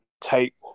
take